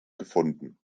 gefunden